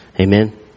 Amen